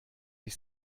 ich